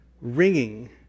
ringing